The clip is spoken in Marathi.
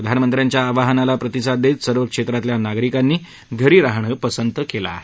प्रधानमंत्र्यांच्या आवाहनाला प्रतिसाद देत सर्वच क्षेत्रातल्या नागरिकांनी घरी राहणं पसंत कोलं आहे